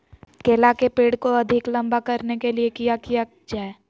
केला के पेड़ को अधिक लंबा करने के लिए किया किया जाए?